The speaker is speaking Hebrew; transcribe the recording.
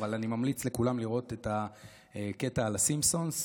אבל אני ממליץ לכולם לראות את הקטע על הסימפסונס.